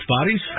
bodies